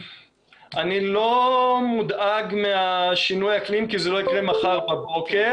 אני לא מודאג משינוי האקלים כי זה לא יקרה מחר בבוקר.